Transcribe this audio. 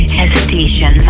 hesitation